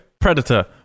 Predator